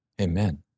Amen